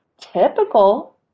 Typical